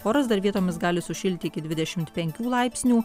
oras dar vietomis gali sušilti iki dvidešim penkių laipsnių